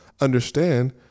understand